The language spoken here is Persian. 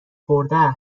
خورده